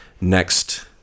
next